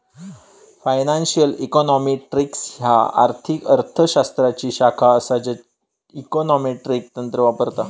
financial econometrics ह्या आर्थिक अर्थ शास्त्राची शाखा असा ज्या इकॉनॉमेट्रिक तंत्र वापरता